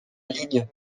ligne